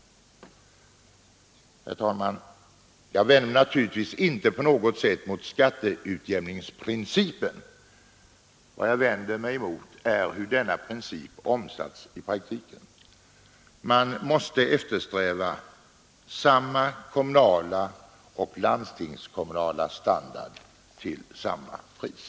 Herr talman! Jag vänder mig naturligtvis inte på något sätt mot skatteutjämningsprincipen. Vad jag vänder mig mot är hur denna princip omsatts i praktiken. Man måste eftersträva ”samma kommunala och landstingskommunala standard till samma pris”.